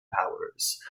powers